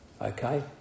Okay